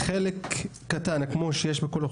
חלק קטן, כמו שיש בכל אוכלוסייה,